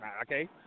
Okay